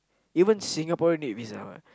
even Singapore need visa what